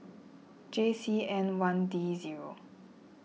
J C N one D zero